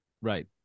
Right